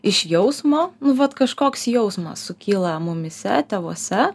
iš jausmo nu vat kažkoks jausmas sukyla mumyse tėvuose